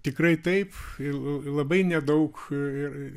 tikrai taip labai nedaug ir